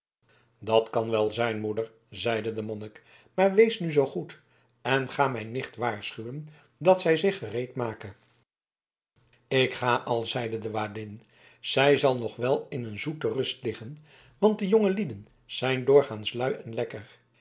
dat kan wel zijn moeder zeide de monnik maar wees nu zoo goed en ga mijn nicht waarschuwen dat zij zich gereedmake ik ga al zeide de waardin zij zal nog wel in een zoete rust liggen want de jongelieden zijn doorgaans lui en lekker